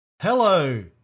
Hello